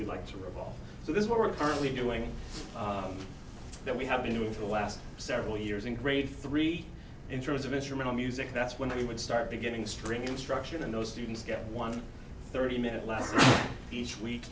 we like to recall so this is what we're currently doing that we have been doing for the last several years in grade three in terms of instrumental music that's when we would start beginning string instruction and those students get one thirty minute less each week